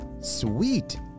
sweet